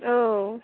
औ